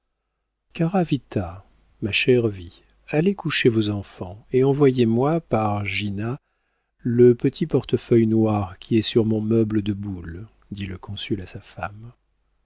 ma chère vie allez coucher vos enfants et envoyez-moi par gina le petit portefeuille noir qui est sur mon meuble de boule dit le consul à sa femme